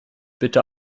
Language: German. bitte